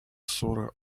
sore